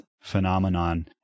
phenomenon